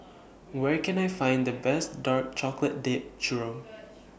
Where Can I Find The Best Dark Chocolate Dipped Churro